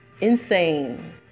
insane